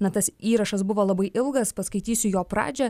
na tas įrašas buvo labai ilgas paskaitysiu jo pradžią